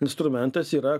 instrumentas yra